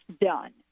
done